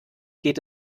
geht